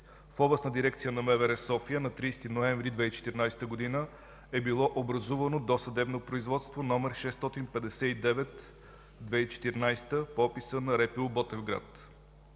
В Областната дирекция на МВР – София, на 30 ноември 2014 г. е било образувано досъдебно производство № 659 от 2014 г. по описа на РПУ – Ботевград.